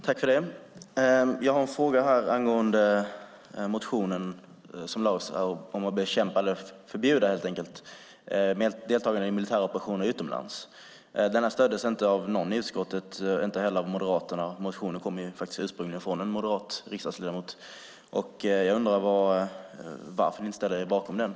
Herr talman! Jag har en frågan angående den motion som har väckts angående ett förbud av deltagande i militära operationer utomlands. Motionen stöddes inte av någon i utskottet, inte heller av Moderaterna trots att motionen ursprungligen kommer från en moderat riksdagsledamot. Jag undrar varför ni inte ställer er bakom motionen.